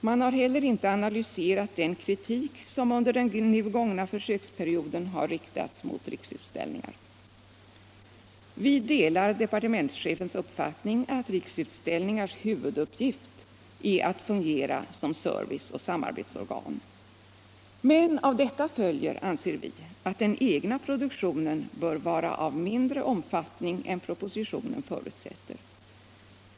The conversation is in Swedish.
Man har heller inte analyserat den kritik som under den nu gångna försöksperioden har riktats mot Riksutställningar. Vi delar departementschefens uppfattning att Riksutställningars huvuduppgift är att fungera som service och samarbetsorgan. Men av detta följer, anser vi, att den egna produktionen bör vara av mindre omfattning än propositionen förutsätter.